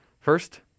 First